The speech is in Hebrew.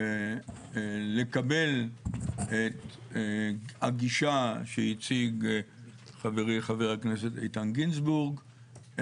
לקבל את הגישה שהציג חברי חבר הכנסת איתן גינזבורג,